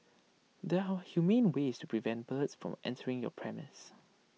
there are humane ways to prevent birds from entering your premises